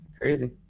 Crazy